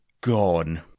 Gone